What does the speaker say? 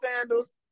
sandals